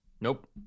Nope